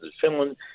Finland